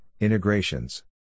integrations